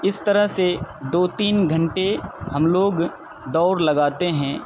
اس طرح سے دو تین گھنٹے ہم لوگ دوڑ لگاتے ہیں